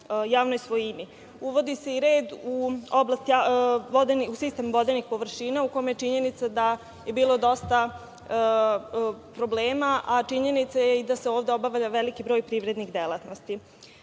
javnoj svojini. Uvodi se i red u sistem vodenih površina, u kome je činjenica da je bilo dosta problema, a činjenica je i da se ovde obavlja veliki broj privrednih delatnosti. Nakon